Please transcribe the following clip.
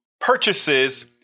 purchases